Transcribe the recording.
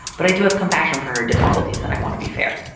but i do have compassion for her difficulties. and i want to be fair